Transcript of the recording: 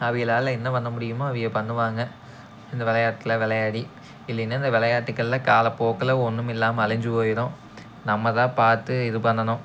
அவிகளால் என்ன பண்ண முடியுமோ அவிக பண்ணுவாங்க இந்த விளையாட்ல விளையாடி இல்லைன்னா இந்த விளையாட்டுக்கள்லாம் காலப்போக்கில் ஒன்றுமில்லாம அழிஞ்சி போயிடும் நம்மதான் பார்த்து இது பண்ணணும்